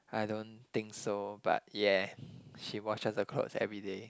I don't think so but yeah she washes her clothes everyday